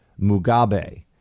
Mugabe